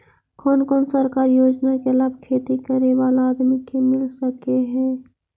कोन कोन सरकारी योजना के लाभ खेती करे बाला आदमी के मिल सके हे?